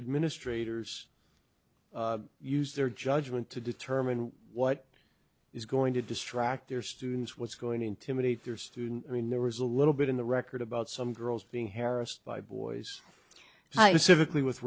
administrators use their judgment to determine what is going to distract their students what's going to intimidate their student when there was a little bit in the record about some girls being haris by boys high civically with